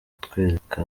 kutwereka